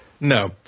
No